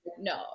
no